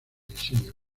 diseño